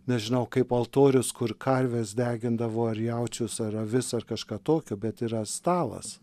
nežinau kaip altorius kur karves degindavo ar jaučius ar avis ar kažką tokio bet yra stalas